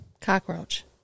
Cockroach